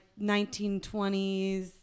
1920s